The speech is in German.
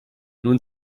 nun